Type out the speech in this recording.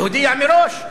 להודיע מראש.